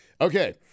okay